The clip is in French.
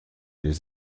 les